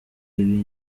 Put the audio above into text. ibi